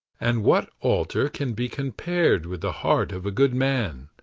and what altar can be compared with the heart of a good man,